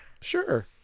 Sure